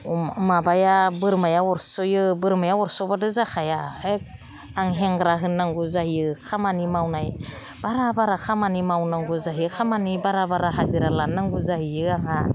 माबाया बोरमाया अरसयो बोरमाया अरसबाथ' जाखाया आं हेंग्रा होननांगौ जायो खामानि मावनाय बारा बारा खामानि मावनांगौ जायो खामानि बारा बारा हाजिरा लानांगौ जाहैयो आंहा